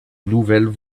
nouvelles